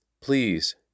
Please